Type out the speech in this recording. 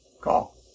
call